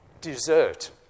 dessert